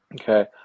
okay